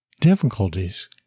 difficulties